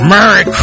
Merry